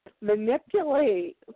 manipulate